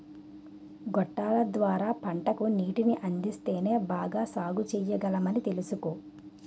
గొట్టాల ద్వార పంటకు నీటిని అందిస్తేనే బాగా సాగుచెయ్యగలమని తెలుసుకో